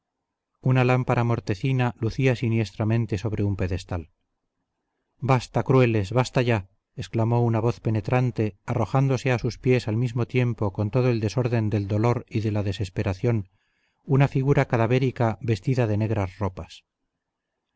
una lámpara mortecina lucía siniestramente sobre un pedestal basta crueles basta ya exclamó una voz penetrante arrojándose a sus pies al mismo tiempo con todo el desorden del dolor y de la desesperación una figura cadavérica vestida de negras ropas